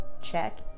check